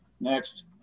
Next